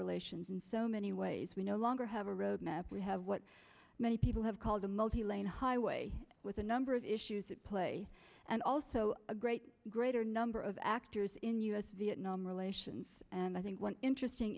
relations in so many ways we no longer have a road map we have what many people have called a multilane highway with a number of issues at play and also a great greater number of actors in us vietnam relations and i think one interesting